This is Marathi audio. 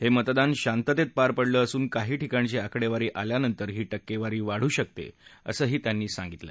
हे मतदान शांततेत पार पडलं असून काही ठिकाणची आकडेवारी आल्यानंतर ही टक्केवारी वाढू शकते असंही ते म्हणाले